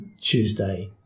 Tuesday